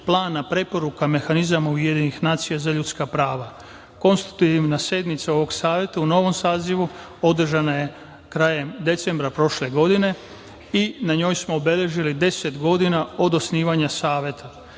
plana preporuka mehanizama UN za ljudska prava. Konstitutivna sednica ovog Saveta u novom sazivu održana je krajem decembra prošle godine i na njoj smo obeležili deset godina od osnivanja Saveta. Novina